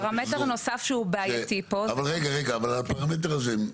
פרמטר נוסף שהוא בעייתי פה --- אבל הפרמטר הזה,